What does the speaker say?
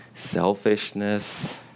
selfishness